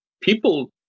people